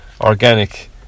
organic